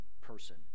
person